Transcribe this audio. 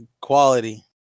quality